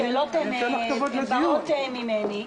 השאלות באות ממני.